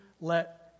let